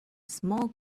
small